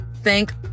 thank